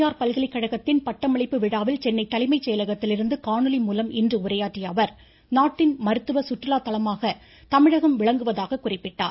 தனியார் பல்கலைகழகத்தின் பட்டமளிப்பு விழாவில் சென்னை கலைமை செயலகத்திலிருந்து காணொலி மூலம் இன்று உரையாற்றிய அவர் நாட்டின் மருத்துவ சுற்றுலா தளமாக தமிழகம் விளங்குவதாக குறிப்பிட்டார்